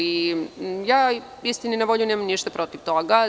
Istini za volju, nemam ništa protiv toga.